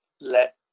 let